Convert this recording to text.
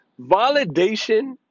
Validation